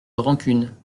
rancunes